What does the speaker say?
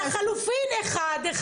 לחלופין, אחד אחד.